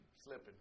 slipping